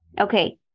Okay